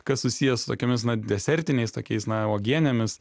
kas susiję su tokiomis na desertiniais tokiais na uogienėmis